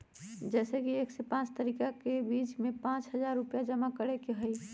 जैसे कि एक से पाँच तारीक के बीज में पाँच हजार रुपया जमा करेके ही हैई?